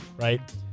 right